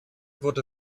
wurde